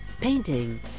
painting